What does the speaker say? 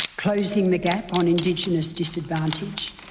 closing the gap on indigenous disadvantage.